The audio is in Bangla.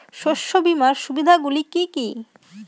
শস্য বিমার সুবিধাগুলি কি কি?